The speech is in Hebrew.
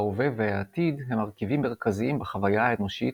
ההווה והעתיד הם מרכיבים מרכזיים בחוויה האנושית